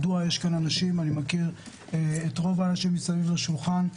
אני מכיר את רוב האנשים סביב השולחן,